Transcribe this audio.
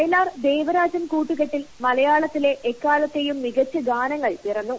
വയലാർ ദേവരാജൻ കൂട്ടുകെട്ടിൽ മലയാളത്തിലെ എക്കാലത്തെയും മികച്ച ഗാനങ്ങൾ പിറന്നു